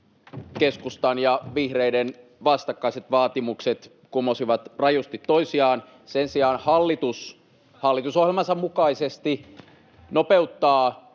keskustan ja vihreiden vastakkaiset vaatimukset kumosivat rajusti toisiaan. Sen sijaan hallitus hallitusohjelmansa mukaisesti nopeuttaa